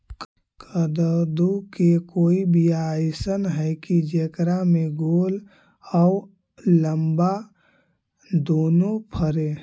कददु के कोइ बियाह अइसन है कि जेकरा में गोल औ लमबा दोनो फरे?